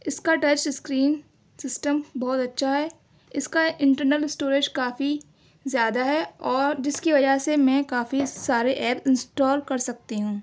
اِس کا touch screen system بہت اچھا ہے اِس کا انٹرنل اسٹوریج کافی زیادہ ہے اور جس کی وجہ سے میں کافی سارے ایپ انسٹال کر سکتی ہوں